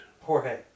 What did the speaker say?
Jorge